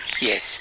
Yes